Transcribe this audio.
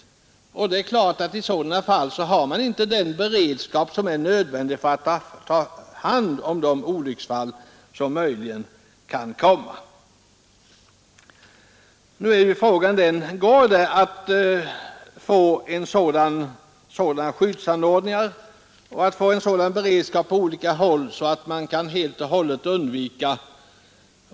Under sådana förhållanden hade man självfallet inte den beredskap som är nödvändig för att ta hand om de olycksfall som möjligen kan inträffa. Frågan är ju om det går att få till stånd sådana skyddsanordningar och en sådan beredskap på olika håll att olycksfall helt kan undvikas.